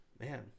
Man